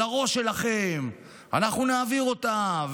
על הראש שלכם אנחנו נעביר אותה,